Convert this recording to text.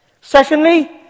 Secondly